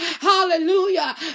hallelujah